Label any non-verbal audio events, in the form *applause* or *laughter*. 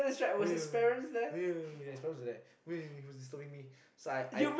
oh ya oh ya his parents were there *noise* he was disturbing me so I I